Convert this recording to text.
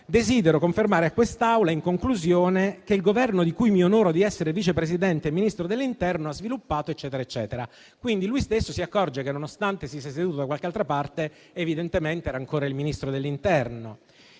«Desidero confermare a quest'Aula, in conclusione, che il Governo di cui mi onoro di essere Vice Presidente e Ministro dell'interno ha sviluppato, eccetera..». Lui stesso, pertanto, si accorge che, nonostante si sia seduto da un'altra parte, evidentemente era ancora Ministro dell'interno.